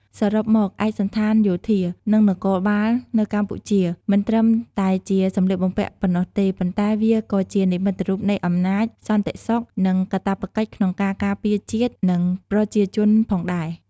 សរុបមក ឯកសណ្ឋានយោធា និងនគរបាលនៅកម្ពុជា មិនត្រឹមតែជាសម្លៀកបំពាក់ប៉ុណ្ណោះទេ ប៉ុន្តែវាក៏ជានិមិត្តរូបនៃអំណាច សន្តិសុខ និងកាតព្វកិច្ចក្នុងការការពារជាតិ និងប្រជាជនផងដែរ។